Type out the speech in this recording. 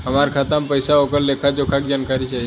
हमार खाता में पैसा ओकर लेखा जोखा के जानकारी चाही?